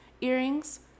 earrings